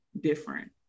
different